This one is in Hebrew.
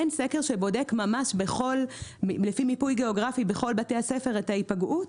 אין סקר שבודק לפי מיפוי גיאוגרפי בכל בתי הספר את ההיפגעות,